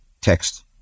text